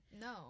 No